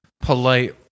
polite